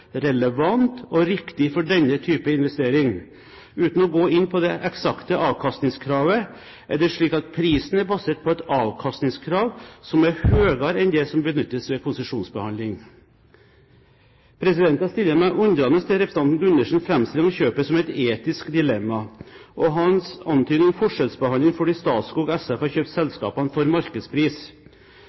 relevant og riktig for denne type investering. Uten å gå inn på det eksakte avkastningskravet er det slik at prisen er basert på et avkastningskrav som er høyere enn det som benyttes ved konsesjonsbehandling. Jeg stiller meg undrende til representanten Gundersens framstilling av kjøpet som et etisk dilemma og hans antydning om forskjellsbehandling fordi Statskog SF har kjøpt selskapene til markedspris.